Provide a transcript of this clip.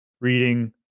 Reading